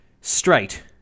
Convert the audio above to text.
straight